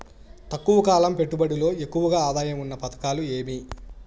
తక్కువ కాలం పెట్టుబడిలో ఎక్కువగా ఆదాయం ఉన్న పథకాలు ఏమి?